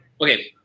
Okay